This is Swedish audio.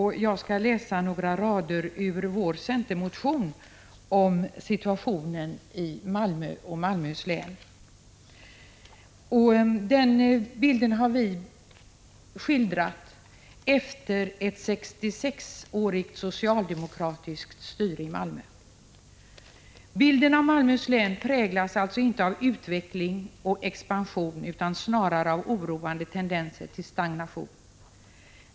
Jag skall läsa några rader ur vår centermotion om situationen i Malmö och Malmöhus län. Vi har skildrat hur bilden ser ut efter ett 66-årigt socialdemokratiskt styre i Malmö. I motionen anför vi: ”Bilden av Malmöhus län präglas alltså inte av utveckling och expansion utan snarare av oroande tendenser till stagnation.